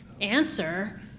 answer